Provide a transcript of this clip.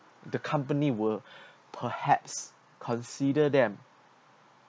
the company will perhaps consider them